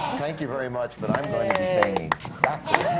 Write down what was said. thank you very much, but i'm going to be saying exactly